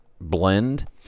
blend